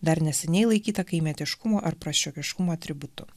dar neseniai laikytą kaimietiškumo ar prasčiokiškumo atributu